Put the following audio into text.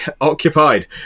occupied